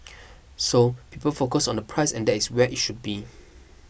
so people focus on the price and that is where it should be